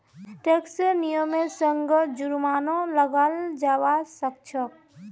टैक्सेर नियमेर संगअ जुर्मानो लगाल जाबा सखछोक